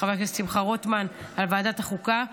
לחבר שמחה רוטמן ולוועדת החוקה.